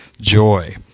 joy